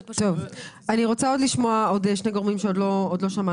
אני מבקשת לשמוע עוד שני גורמים שעוד לא שמענו,